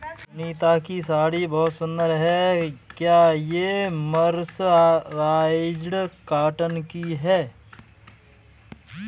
सुनीता की साड़ी बहुत सुंदर है, क्या ये मर्सराइज्ड कॉटन की है?